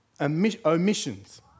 omissions